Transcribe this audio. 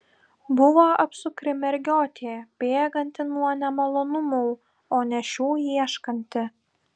buvo apsukri mergiotė bėganti nuo nemalonumų o ne šių ieškanti